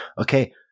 Okay